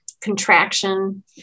contraction